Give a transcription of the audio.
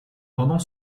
pendant